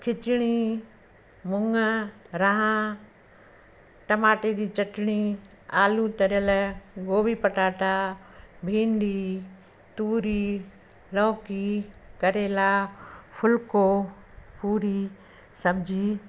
खिंचड़ी मूङ रां टमाटे जी चटिणी आलू तरियल गोभी पटाटा भिंडी तूरी लोकी करेला फुलको पूरी सब्जी